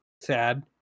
sad